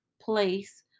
place